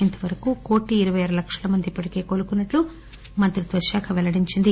ఇంతవరకు కోటి ఇరవై ఆరు లక్షల మంది ఇప్పటికే కోలుకున్నట్లు మంత్రిత్వ శాఖ తెలియజేసింది